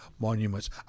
monuments